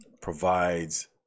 provides